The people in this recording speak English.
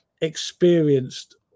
experienced